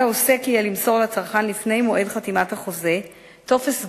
על העוסק יהיה למסור לצרכן לפני מועד חתימת החוזה טופס גילוי,